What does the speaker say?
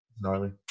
Gnarly